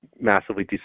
massively